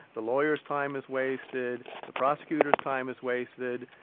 the lawyer's time is wasted, the prosecutor's time is wasted,